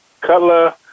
Cutler